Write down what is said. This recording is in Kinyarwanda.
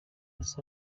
los